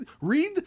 read